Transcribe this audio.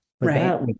right